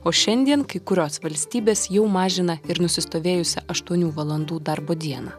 o šiandien kai kurios valstybės jau mažina ir nusistovėjusią aštuonių valandų darbo dieną